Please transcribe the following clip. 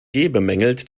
bemängelt